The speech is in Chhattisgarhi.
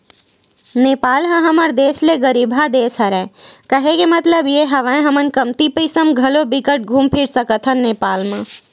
नेपाल ह हमर देस ले गरीबहा देस हरे, केहे के मललब ये हवय हमन कमती पइसा म घलो बिकट घुम फिर सकथन नेपाल म